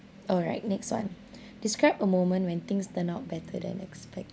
all right next one describe a moment when things turn out better than expected